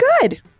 good